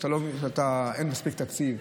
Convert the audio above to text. אין מספיק תקציב.